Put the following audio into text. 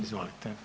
Izvolite.